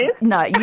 no